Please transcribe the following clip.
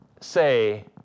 say